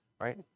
right